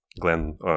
Glenn